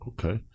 Okay